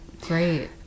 Great